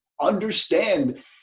understand